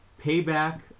Payback